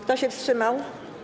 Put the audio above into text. Kto się wstrzymał?